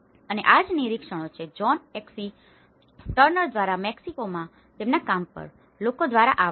અને આ જ નિરીક્ષણો છે જ્હોન એફસી ટર્નર દ્વારા મેક્સિકોમાં તેમના કામ પર લોકો દ્વારા આવાસ પર